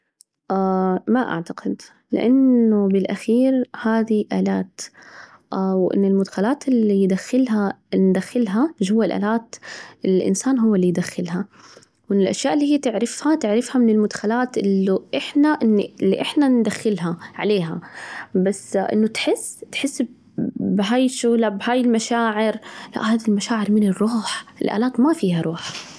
ما أعتقد، لأنه بالآخير هذي الآلات، والمدخلات اللي يدخلها ندخلها جوة الآلات، الإنسان هو اللي يدخلها، ومن الأشياء اللي هي تعرفها، تعرفها من المدخلات اللي إحنا، اللي إحنا ندخلها عليها، بس إنه تحس، تحس بهاي الشولة، بهاي المشاعر، لا هذي المشاعر من الروح، الآلات ما فيها روح.